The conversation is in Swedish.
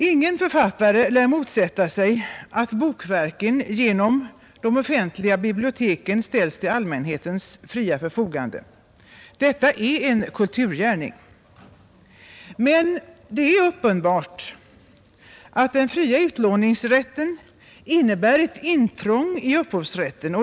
Ingen författare lär motsätta sig att bokverken genom de offentliga biblioteken ställs till allmänhetens fria förfogande. Detta är en kulturgärning. Men det är uppenbart att den fria utlåningsrätten innebär ett intrång i upphovsrätten.